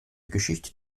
geschichte